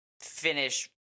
finish